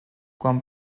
quan